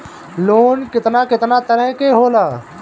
Loan केतना केतना तरह के होला?